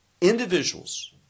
individuals